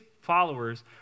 followers